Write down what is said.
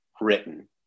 written